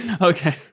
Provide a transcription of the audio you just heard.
Okay